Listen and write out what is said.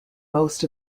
most